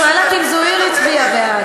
זוהיר הצביע בעד?